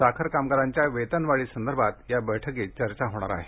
साखर कामगारांच्या वेतनवाढी संदर्भात या बैठकीत चर्चा होणार आहे